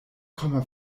komma